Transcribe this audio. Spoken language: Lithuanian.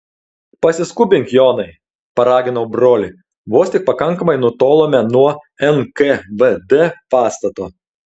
pasiskubink jonai paraginau brolį vos tik pakankamai nutolome nuo nkvd pastato